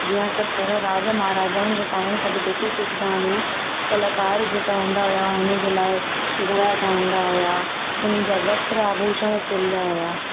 जीअं असां पहिरियों राजा महाराजउनि जो टाइम खां बि ॾिसी सघंदा आहियूं कलाकार जेका हूंदा हुआ उन जे लाइ घड़ा ठाहींदा हुआ उन जा वस्त्र आभूषण सिलंदा हुआ